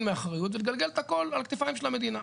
מאחריות ולגלגל את הכל לכתפיים של המדינה.